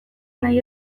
nahi